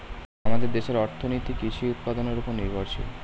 আমাদের দেশের অর্থনীতি কৃষি উৎপাদনের উপর নির্ভরশীল